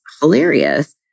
hilarious